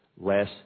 less